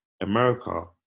America